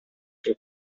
suo